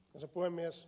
arvoisa puhemies